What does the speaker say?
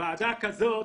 ועדה כזאת